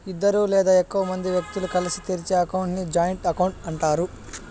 ఇద్దరు లేదా ఎక్కువ మంది వ్యక్తులు కలిసి తెరిచే అకౌంట్ ని జాయింట్ అకౌంట్ అంటారు